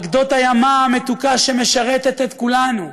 על גדות הימה המתוקה שמשרתת את כולנו,